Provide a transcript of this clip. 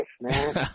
man